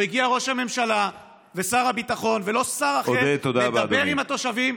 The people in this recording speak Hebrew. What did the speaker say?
לא הגיע ראש הממשלה ושר הביטחון ולא שר אחר לדבר עם התושבים,